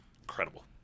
incredible